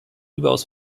überaus